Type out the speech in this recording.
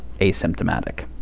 asymptomatic